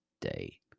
day